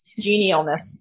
genialness